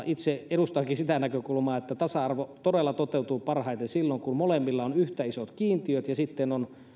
itse edustankin sitä näkökulmaa että tasa arvo todella toteutuu parhaiten silloin kun molemmilla on yhtä isot kiintiöt ja sitten on